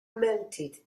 melted